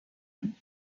him